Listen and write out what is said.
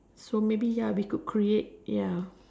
so maybe ya we could create ya